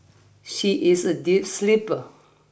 she is a deep sleeper